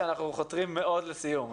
בקצרה אנחנו חותרים לסיום.